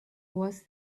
was